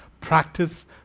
Practice